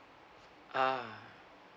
ah